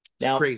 now